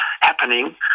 happening